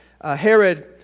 Herod